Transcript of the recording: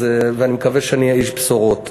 ואני מקווה שאני אהיה איש בשורות.